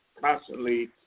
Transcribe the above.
constantly